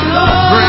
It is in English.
Lord